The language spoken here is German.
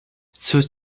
zur